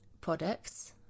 products